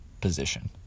position